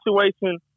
situation